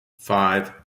five